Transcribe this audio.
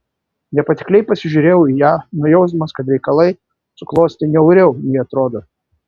nepatikliai pasižiūrėjau į ją nujausdamas kad reikalai suklostė niauriau nei atrodo